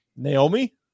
Naomi